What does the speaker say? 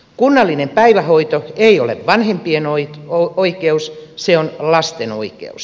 kunnallinen päivähoito ei ole vanhempien oikeus se on lasten oikeus